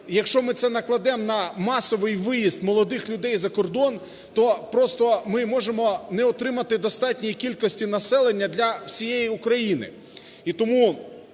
якщо ми це накладемо на масовий виїзд молодих людей за кордон, то просто ми можемо не отримати достатньої кількості населення для всієї України.